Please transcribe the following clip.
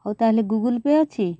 ହଉ ତା'ହେଲେ Google Pay ଅଛି